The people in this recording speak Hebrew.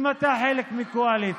אם אתה חלק מקואליציה,